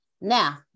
Now